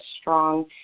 strong